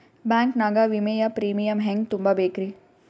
Bank ನಾಗ ವಿಮೆಯ premium ಹೆಂಗ್ ತುಂಬಾ ಬೇಕ್ರಿ?